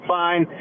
fine